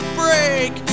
break